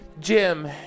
Jim